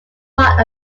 part